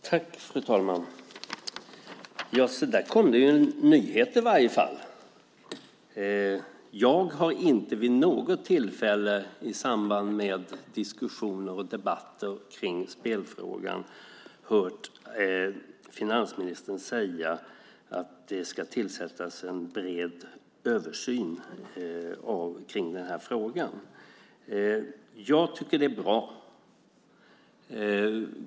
Fru talman! Nu kom det i alla fall en nyhet. Jag har inte vid något tillfälle i samband med diskussioner och debatter om spelfrågan hört finansministern säga att det ska göras en bred översyn av denna fråga. Jag tycker att det är bra.